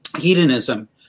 hedonism